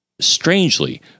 strangely